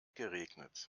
geregnet